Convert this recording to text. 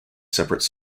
separate